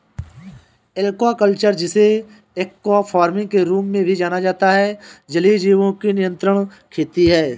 aquaculture, जिसे aqua farming के रूप में भी जाना जाता है, जलीय जीवों की नियंत्रित खेती है